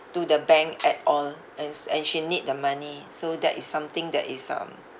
to the bank at all ands and she need the money so that is something that is um